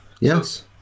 Yes